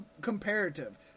comparative